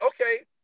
okay